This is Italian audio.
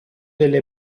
delle